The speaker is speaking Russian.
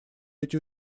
эти